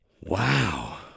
Wow